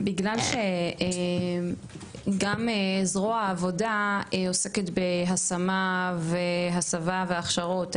בגלל שגם זרוע העבודה עוסקת בהשמה והסבה והכשרות,